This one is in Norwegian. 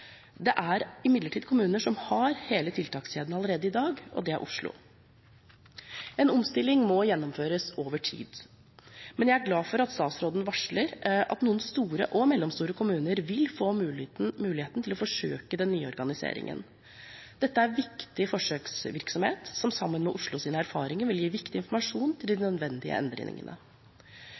Det er imidlertid en kommune som har hele tiltakskjeden allerede i dag, og det er Oslo. En omstilling må gjennomføres over tid, men jeg er glad for at statsråden varsler at noen store og mellomstore kommuner vil få muligheten til å forsøke den nye organiseringen. Dette er viktig forsøksvirksomhet, som sammen med Oslos erfaringer vil gi viktig informasjon til de nødvendige endringene.